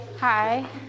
Hi